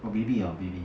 orh maybe hor maybe